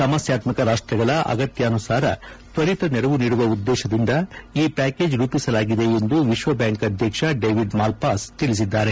ಸಮಸ್ಯಾತ್ಮಕ ರಾಷ್ಟಗಳ ಅಗತ್ಯಾನುಸಾರ ತ್ವರಿತ ನೆರವು ನೀಡುವ ಉದ್ದೇಶದಿಂದ ಈ ಪ್ಯಾಕೇಜ್ ರೂಪಿಸಲಾಗಿದೆ ಎಂದು ವಿಶ್ವ ಬ್ಯಾಂಕ್ ಅಧ್ಯಕ್ಷ ಡೇವಿಡ್ ಮಾಲ್ಬಾಸ್ ತಿಳಿಸಿದ್ದಾರೆ